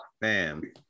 bam